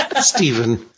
Stephen